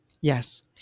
Yes